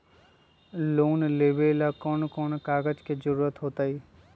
Loan लेवेला कौन कौन कागज के जरूरत होतई?